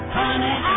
honey